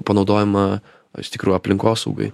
panaudojama o iš tikrųjų aplinkosaugai